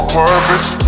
purpose